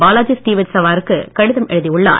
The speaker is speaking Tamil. பாலாஜி ஸ்ரீவாஸ்தவா விற்கு கடிதம் எழுதியுள்ளார்